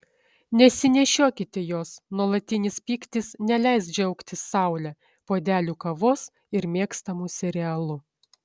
nesinešiokite jos nuolatinis pyktis neleis džiaugtis saule puodeliu kavos ir mėgstamu serialu